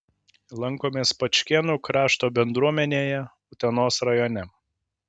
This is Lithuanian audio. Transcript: lankomės pačkėnų krašto bendruomenėje utenos rajone